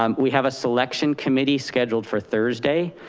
um we have a selection committee scheduled for thursday.